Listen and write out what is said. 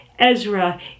Ezra